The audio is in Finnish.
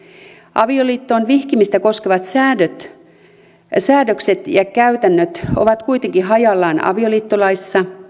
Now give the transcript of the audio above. avioliittoon vihkimistä koskevat säädökset ja käytännöt ovat kuitenkin hajallaan avioliittolaissa